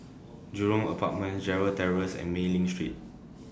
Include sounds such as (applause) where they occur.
(noise) Jurong Apartments Gerald Terrace and Mei Ling Street